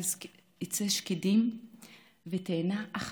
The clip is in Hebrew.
עצי שקדים ותאנה אחת,